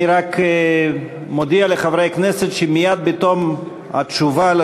אני רק מודיע לחברי הכנסת שמייד בתום התשובה כל